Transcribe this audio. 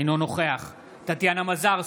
אינו נוכח טטיאנה מזרסקי,